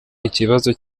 ikibazo